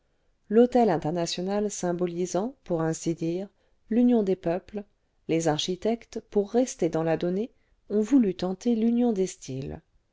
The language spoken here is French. l'hôtel international symbolisant pour ainsi dire l'union des peuples les architectes pour rester dans la donnée ont voulu tenter l'union des styles